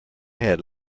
had